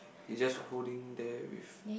he just holding there with